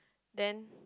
then